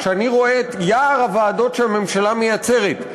כשאני רואה את יער הוועדות שהממשלה מייצרת,